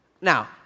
Now